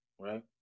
right